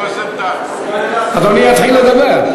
אדוני יתחיל לדבר.